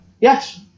Yes